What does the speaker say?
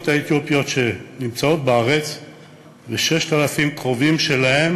האתיופיות שנמצאות בארץ ו-6,000 קרובים שלהן